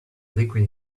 liquid